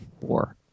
four